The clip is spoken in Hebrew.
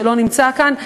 שלא נמצא כאן,